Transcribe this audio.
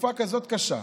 בתקופה כזאת קשה,